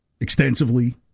extensively –